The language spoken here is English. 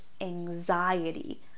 anxiety